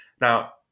Now